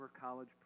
college